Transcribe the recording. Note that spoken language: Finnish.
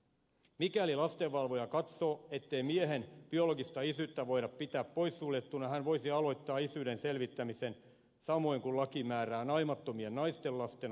mikäli lastenvalvoja katsoo ettei miehen biologista isyyttä voida pitää poissuljettuna hän voisi aloittaa isyyden selvittämisen samoin kuin laki määrää naimattomien naisten lasten osalta